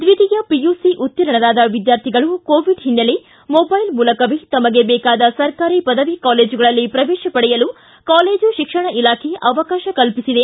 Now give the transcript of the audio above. ದ್ವಿತೀಯ ಪಿಯುಸಿ ಉತ್ತೀರ್ಣರಾದ ವಿದ್ಯಾರ್ಥಿಗಳು ಕೋವಿಡ್ ಹಿನ್ನೆಲೆ ಮೊಬೈಲ್ ಮೂಲಕವೇ ತಮಗೆ ಬೇಕಾದ ಸರಕಾರಿ ಪದವಿ ಕಾಲೇಜುಗಳಲ್ಲಿ ಪ್ರವೇಶ ಪಡೆಯಲು ಕಾಲೇಜು ಶಿಕ್ಷಣ ಇಲಾಖೆ ಅವಕಾಶ ಕಲ್ಪಿಸಿದೆ